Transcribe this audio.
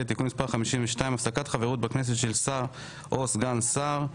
(תיקון מס' 52) (הפסקת חברות בכנסת של שר או סגן שר)